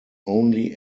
only